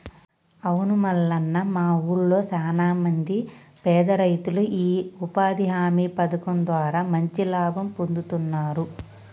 అవును మల్లన్న మా ఊళ్లో సాన మంది పేద రైతులు ఈ ఉపాధి హామీ పథకం ద్వారా మంచి లాభం పొందుతున్నారు